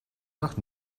nach